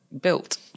built